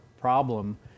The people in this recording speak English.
problem